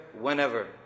whenever